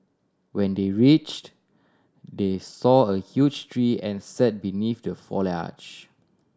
when they reached they saw a huge tree and sat beneath the foliage